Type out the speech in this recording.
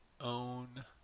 own